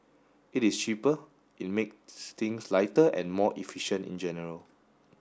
it is cheaper it makes things lighter and more efficient in general